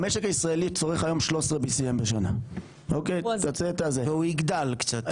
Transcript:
המשק הישראלי צורך היום BCM13. והוא יגדל קצת.